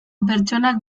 pertsonak